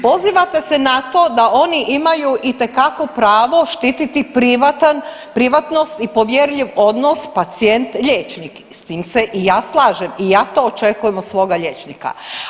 Pozivate se na to da oni imaju itekako pravo štititi privatnost i povjerljiv odnos pacijent-liječnik, s tim se i ja slažem i ja to očekujem od svoga liječnika.